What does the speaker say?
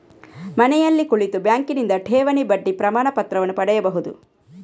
ಮನೆಯಲ್ಲಿ ಕುಳಿತು ಬ್ಯಾಂಕಿನಿಂದ ಠೇವಣಿ ಬಡ್ಡಿ ಪ್ರಮಾಣಪತ್ರವನ್ನು ಪಡೆಯಬಹುದು